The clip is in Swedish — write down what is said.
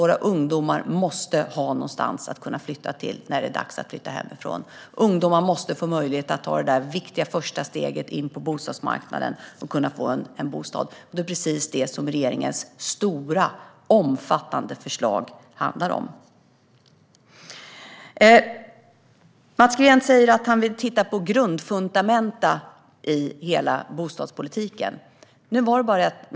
Våra ungdomar måste nämligen ha någonstans att flytta när det är dags att flytta hemifrån. Ungdomar måste få möjlighet att ta det viktiga första steget in på bostadsmarknaden och få en bostad, och det är precis detta regeringens stora och omfattande förslag handlar om. Mats Green säger att han vill titta på grundfundamenten i bostadspolitiken.